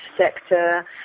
sector